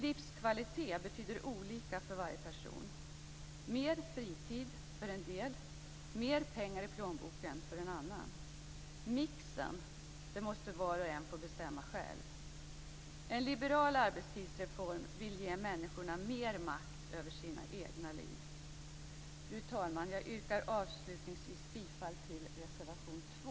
Livskvalitet betyder olika saker för varje person - mer fritid för en del, mer pengar i plånboken för andra. Mixen måste var och en få bestämma själv. En liberal arbetstidsreform vill ge människorna mer makt över sina egna liv. Fru talman! Jag yrkar avslutningsvis bifall till reservation 2.